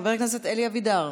חבר הכנסת אלי אבידר,